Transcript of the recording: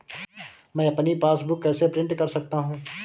मैं अपनी पासबुक कैसे प्रिंट कर सकता हूँ?